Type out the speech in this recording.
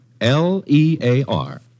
L-E-A-R